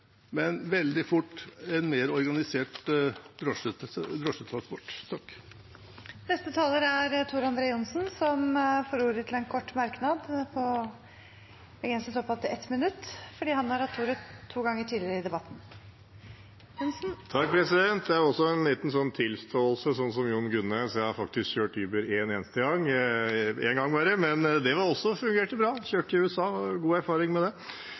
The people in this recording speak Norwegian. men det vil veldig fort bli en mer organisert drosjetransport. Representanten Tor André Johnsen har hatt ordet to ganger tidligere og får ordet til en kort merknad, begrenset til 1 minutt. Jeg har også en liten tilståelse, som Jon Gunnes: Jeg har faktisk kjørt med Uber, bare én eneste gang, men det fungerte også bra. Jeg kjørte med det i USA og hadde en god erfaring med det.